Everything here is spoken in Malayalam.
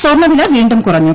സ്വർണ വില വീണ്ടും കുറഞ്ഞു